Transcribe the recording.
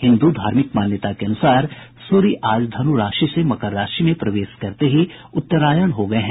हिन्दू धार्मिक मान्यता के अनुसार सूर्य आज धनु राशि से मकर राशि में प्रवेश करते ही उत्तरायण हो गये हैं